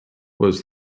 was